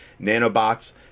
nanobots